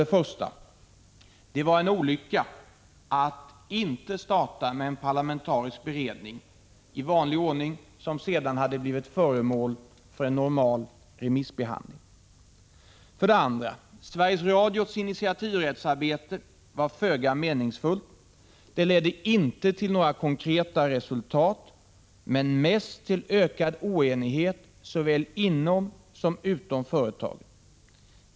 Det var en olycka att man inte i vanlig ordning startade med en parlamentarisk beredning, som sedan blev föremål för en normal remissbehandling. 2. Sveriges Radios initiativrättsarbete var föga meningsfullt. Det ledde inte till några konkreta resultat, utan mest till ökad oenighet såväl inom som utom företaget.